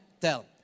tell